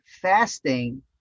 fasting